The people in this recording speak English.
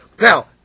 Now